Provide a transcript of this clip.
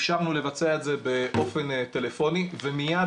אפשרנו לבצע את זה באופן טלפוני ומיד